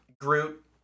groot